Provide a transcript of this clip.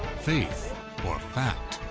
faith or fact?